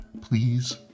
please